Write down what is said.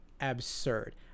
Absurd